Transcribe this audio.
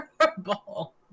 terrible